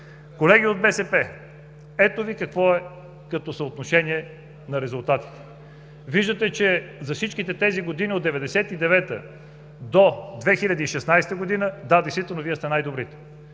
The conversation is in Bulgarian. Колеги от БСП, ето Ви какво е като съотношение на резултатите. Виждате, че за всичките тези години – от 1999 г. до 2016 г., да, действително Вие сте най-добрите